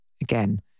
again